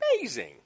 Amazing